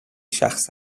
شخص